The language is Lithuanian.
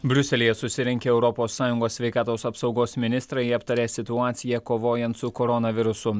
briuselyje susirinkę europos sąjungos sveikatos apsaugos ministrai aptarė situaciją kovojant su koronavirusu